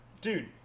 dude